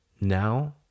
now